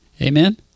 Amen